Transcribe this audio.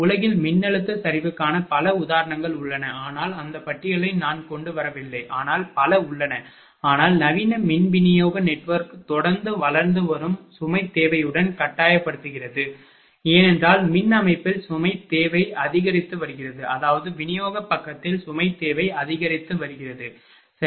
உலகில் மின்னழுத்த சரிவுக்கான பல உதாரணங்கள் உள்ளன ஆனால் அந்த பட்டியலை நான் கொண்டு வரவில்லை ஆனால் பல உள்ளன ஆனால் நவீன மின் விநியோக நெட்வொர்க் தொடர்ந்து வளர்ந்து வரும் சுமை தேவையுடன் கட்டாயப்படுத்தப்படுகிறது ஏனென்றால் மின் அமைப்பில் சுமை தேவை அதிகரித்து வருகிறது அதாவது விநியோக பக்கத்தில் சுமை தேவை அதிகரித்து வருகிறது சரி